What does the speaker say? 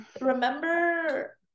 Remember